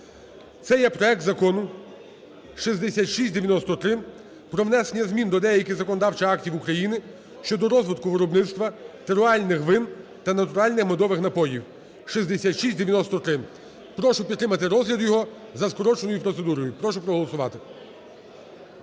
Це є проект Закону 6693, про внесення змін до деяких законодавчих актів України щодо розвитку виробництва терруарних вин та натуральних медових напоїв (6693). Прошу підтримати розгляд його за скороченою процедурою. Прошу проголосувати.